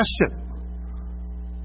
question